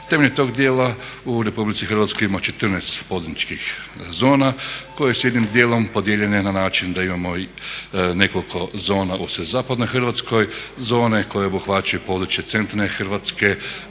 Temeljem tog dijela u Republici Hrvatskoj ima 14 poduzetničkih zona koje su jednim dijelom podijeljene na način da imamo i nekoliko zona u zapadnoj Hrvatskoj, zone koje obuhvaćaju područje centralne Hrvatske